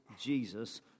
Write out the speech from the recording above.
Jesus